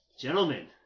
Gentlemen